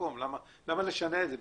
למה לשנע את זה?